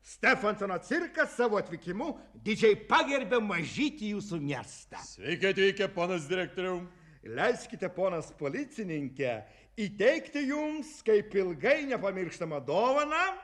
stefancono cirkas savo atvykimu didžiai pagerbia mažytį jūsų miestą sveiki atvykę ponas direktoriau leiskite ponas policininke įteikti jums kaip ilgai nepamirštamą dovaną